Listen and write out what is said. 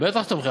בטח תומכים.